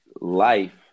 life